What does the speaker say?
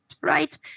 right